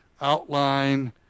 outline